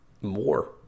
more